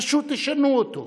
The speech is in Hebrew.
פשוט תשנו אותו.